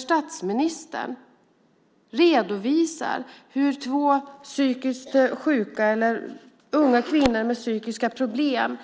Statsministern redovisar hur två unga kvinnor med psykiska problem